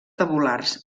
tabulars